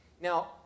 Now